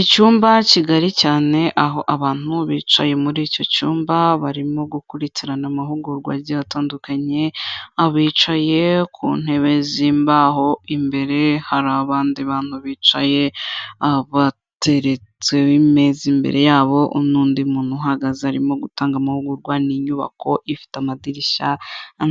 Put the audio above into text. Icyumba kigari cyane aho abantu bicaye muri icyo cyumba barimo gukurikirana amahugurwa atandukanye, abicaye ku ntebe zi'mbaho, imbere hari abandi bantu bicaye, abateretse imeza imbere yabo n'undi muntu uhagaze arimo gutanga amahugurwa, nibinyubako ifite amadirishya